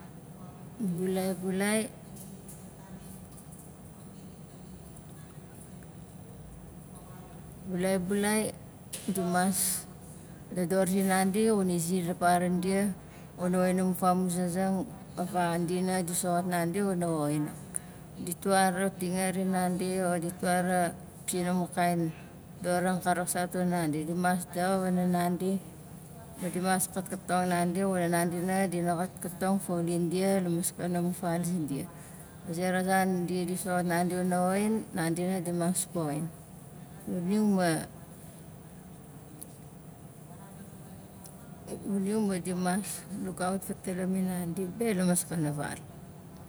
Bulai, bulai bulai, bulai dimas dodor zinandi xunai ziar la paran dia xunai woxin amu famuzazang akan dina di soxot nandi xuna woxinang ditwra tingarang nandi o ditwara pitzin amu kain dorang ka raaksat wana nandi ma dimas daxa wanna nandi ma dimas xotkatong nandi xuna nandi zait dina xotkatong faulang dia la maskana mu fal zindia a zera zan dia di soxot nandi wana woxin nandi nanga dimas poxin xuning ma-, xuning ma dimas lugaut fatalamin nandi be la maskana val.